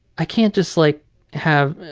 i can't just like have